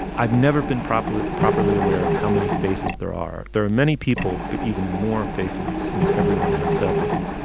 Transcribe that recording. i've never been properly properly aware of how many faces there are. there are many people but even more faces since everyone has several.